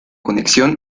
conexión